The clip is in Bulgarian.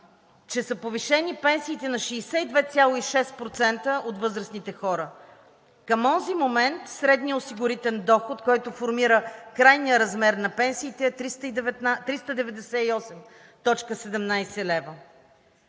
че са повишени пенсиите на 62,6% от възрастните хора. Към онзи момент средният осигурителен доход, който формира крайния размер на пенсиите, е 398,17 лв.